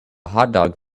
hotdog